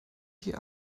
die